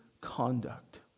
conduct